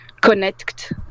connect